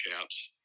caps